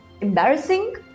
embarrassing